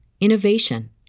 innovation